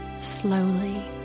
Slowly